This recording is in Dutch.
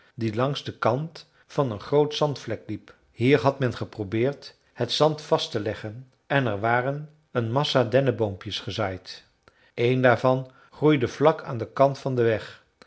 die langs den kant van een groot zandvlek liep hier had men geprobeerd het zand vast te leggen en er waren een massa denneboompjes gezaaid een daarvan groeide vlak aan den kant van den weg